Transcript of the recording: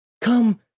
Come